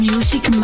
Music